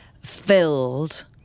filled